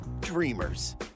dreamers